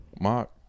Mark